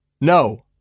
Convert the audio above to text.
no